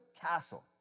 castle